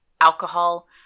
alcohol